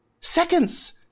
seconds